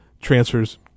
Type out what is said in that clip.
Transfers